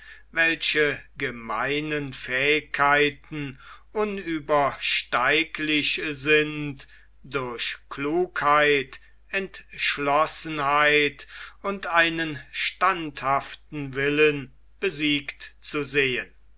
welche gemeinen fähigkeiten unübersteiglich sind durch klugheit entschlossenheit und einen standhaften willen besiegt zu sehen